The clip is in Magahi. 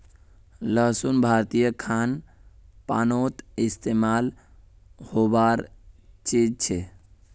लहसुन भारतीय खान पानोत इस्तेमाल होबार चीज छे